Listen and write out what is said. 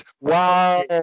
Wow